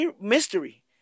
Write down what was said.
mystery